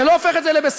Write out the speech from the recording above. זה לא הופך את זה לבסדר,